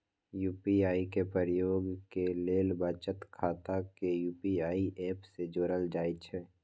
UPI के प्रयोग के लेल बचत खता के यू.पी.आई ऐप से जोड़ल जाइ छइ